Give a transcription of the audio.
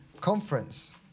conference